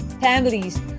families